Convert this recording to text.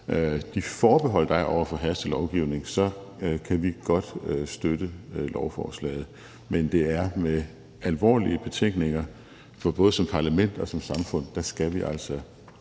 de forbehold, der er over for hastelovgivning, kan vi godt støtte lovforslaget. Men det er med alvorlige betænkeligheder, for både som parlament og som samfund skal vi altså